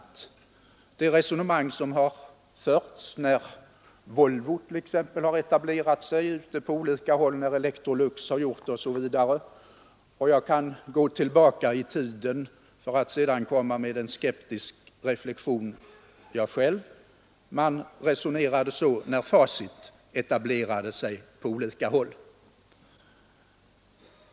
Ett sådant resonemang har förts när t.ex. Volvo har etablerat sig på olika håll i sysselsättningssvaga regioner, när Electrolux har, visar att inte ens förankringen i ett stort företag kan ge den så också när Facit etablerade sig på olika håll.